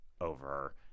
over